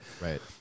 Right